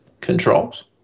controls